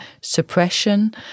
suppression